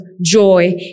joy